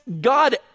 God